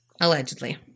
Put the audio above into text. Allegedly